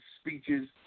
speeches